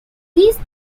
these